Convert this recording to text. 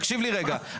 תקשיב לי רגע,